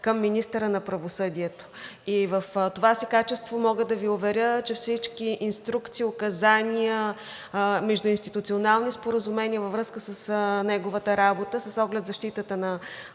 към министъра на правосъдието. И в това си качество мога да Ви уверя, че всички инструкции, указания, междуинституционални споразумения във връзка с неговата работа с оглед защитата на